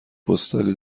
پستالی